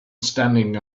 standing